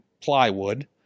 plywood